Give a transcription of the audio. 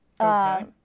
Okay